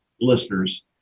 listeners